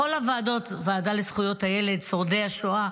בכל הוועדות, הוועדה לזכויות הילד, שורדי השואה,